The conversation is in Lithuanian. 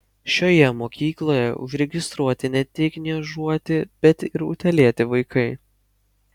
šioje mokykloje užregistruoti ne tik niežuoti bet ir utėlėti vaikai